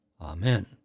Amen